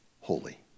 holy